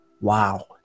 wow